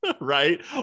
right